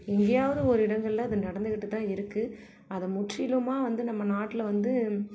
எங்கேயாவது ஒரு இடங்களில் அது நடந்துக்கிட்டு தான் இருக்குது அதை முற்றிலுமாக வந்து நம்ம நாட்டில் வந்து